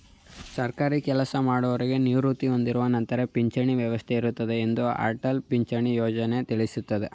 ಸರ್ಕಾರಿ ಕೆಲಸಮಾಡೌರಿಗೆ ನಿವೃತ್ತಿ ಹೊಂದಿದ ನಂತರ ಪಿಂಚಣಿ ವ್ಯವಸ್ಥೆ ಇರುತ್ತೆ ಎಂದು ಅಟಲ್ ಪಿಂಚಣಿ ಯೋಜ್ನ ತಿಳಿಸುತ್ತೆ